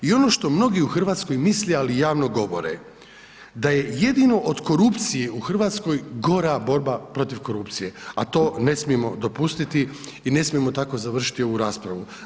I ono što mnogi u Hrvatskoj misle ali javno govore, da je jedino od korupcije u Hrvatskoj gora borba protiv korupcije, a to ne smijemo dopustiti i ne smijemo tako završiti ovu raspravu.